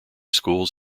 schools